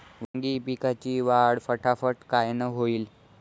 वांगी पिकाची वाढ फटाफट कायनं होईल?